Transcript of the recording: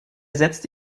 setzte